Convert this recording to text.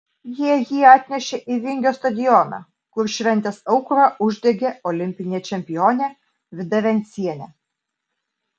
jie jį atnešė į vingio stadioną kur šventės aukurą uždegė olimpinė čempionė vida vencienė